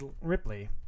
Ripley